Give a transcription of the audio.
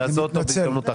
נעשה אותו בהזדמנות אחרת.